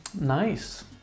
Nice